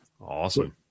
Awesome